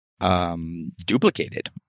Duplicated